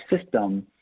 system